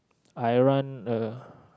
I run a